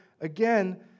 again